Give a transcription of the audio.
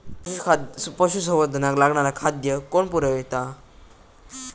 पशुसंवर्धनाक लागणारा खादय कोण पुरयता?